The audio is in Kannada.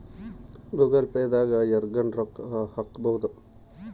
ಗೂಗಲ್ ಪೇ ದಾಗ ಯರ್ಗನ ರೊಕ್ಕ ಹಕ್ಬೊದು